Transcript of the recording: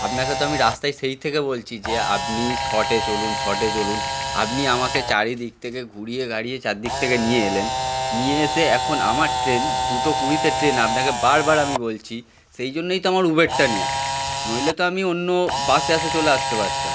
আপনাকে তো আমি রাস্তায় সেই থেকে বলছি যে আপনি শর্টে চলুন শর্টে চলুন আপনি আমাকে চারিদিক থেকে ঘুরিয়ে গাড়িয়ে চারদিক থেকে নিয়ে এলেন নিয়ে এসে এখন আমার ট্রেন দুটো কুড়িতে ট্রেন আপনাকে বারবার আমি বলছি সেই জন্যেই তো আমার উবেরটা নেওয়া নইলে তো আমি অন্য বাসে আসে চলে আসতে পারতাম